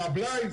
זה הבלאי.